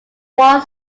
one